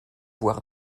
voir